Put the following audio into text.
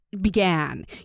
Began